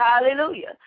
Hallelujah